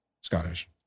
Scottish